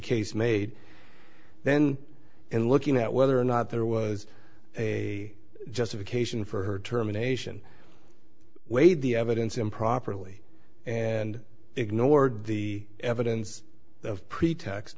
case made then and looking at whether or not there was a justification for her terminations weighed the evidence improperly and ignored the evidence of pre